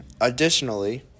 Additionally